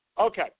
Okay